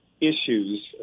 issues